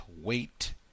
wait